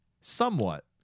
Somewhat